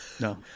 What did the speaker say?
No